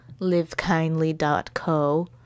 livekindly.co